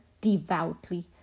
devoutly